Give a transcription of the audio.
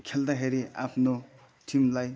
खेल्दाखेरि आफ्नो टिमलाई